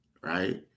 Right